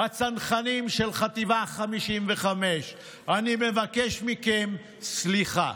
הצנחנים של חטיבה 55. אני מבקש מכם סליחה.